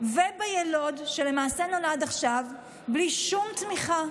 וביילוד בלי שום תמיכה,